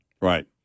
Right